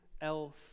else